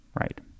right